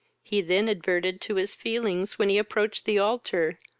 he then adverted to his feelings when he approached the altar,